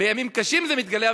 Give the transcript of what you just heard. בימים קשים זה מתגלה,